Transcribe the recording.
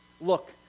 look